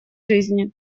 жизни